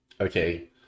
Okay